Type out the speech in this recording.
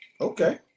Okay